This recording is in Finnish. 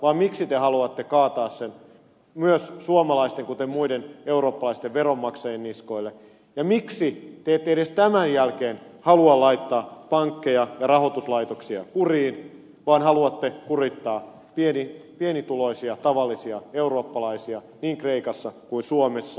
miksi te haluatte kaataa ne myös suomalaisten kuten muidenkin eurooppalaisten veronmaksajien niskoille ja miksi te ette edes tämän jälkeen halua laittaa pankkeja ja muita rahoituslaitoksia kuriin vaan haluatte kurittaa pienituloisia tavallisia eurooppalaisia niin kreikassa kuin suomessa